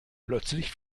plötzlich